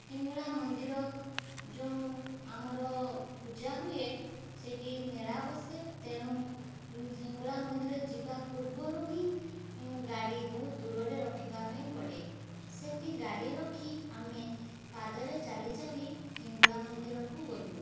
ହିଙ୍ଗୁଳା ମନ୍ଦିର ଯେଉଁ ଆମର ପୂଜା ହୁଏ ସେଠି ମେଳା ବସେ ତେଣୁ ହିଙ୍ଗୁଳା ମନ୍ଦିର ଯିବା ପୂର୍ବରୁ ହିଁ ଗାଡ଼ି ବହୁତ ଦୂରରେ ରଖିବା ପାଇଁ ପଡ଼େ ସେଠି ଗାଡ଼ି ରଖି ଆମେ ପାଦରେ ଚାଲି ଚାଲି ହିଙ୍ଗୁଳା ମନ୍ଦିରକୁ ଗଲୁ